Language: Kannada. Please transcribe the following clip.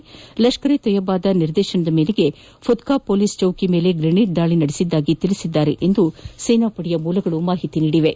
ಅಲ್ಲದೆ ಲಷ್ಕರ್ ಇ ತೊಯ್ಬಾದ ನಿರ್ದೇಶನದ ಮೇರೆಗೆ ಪುತ್ಕಾ ಪೊಲೀಸ್ ಚೌಕಿಯ ಮೇಲೆ ಗ್ರೆನೇಡ್ ದಾಳಿ ನಡೆಸಿದ್ದಾಗಿ ತಿಳಿಸಿದ್ದಾರೆ ಎಂದು ಸೇನಾ ಮೂಲಗಳು ತಿಳಿಸಿವೆ